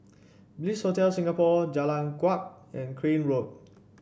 Bliss Hotel Singapore Jalan Kuak and Crane Road